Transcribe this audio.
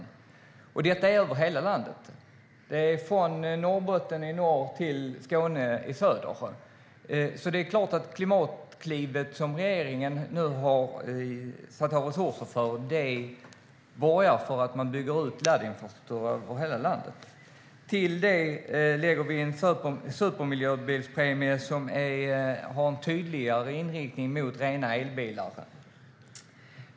Detta är över hela landet, från Norrbotten i norr till Skåne i söder, så det är klart att Klimatklivet som regeringen nu har avsatt resurser för borgar för att man bygger ut ladd infrastruktur över hela landet. Till det lägger vi en supermiljöbilspremie som har en tydligare inriktning mot rena elbilar.